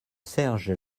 serge